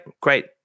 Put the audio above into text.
great